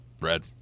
red